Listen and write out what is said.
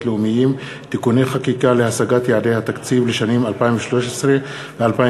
לאומיים (תיקוני חקיקה להשגת יעדי התקציב לשנים 2013 ו-2014),